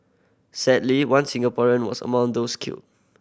sadly one Singaporean was among those killed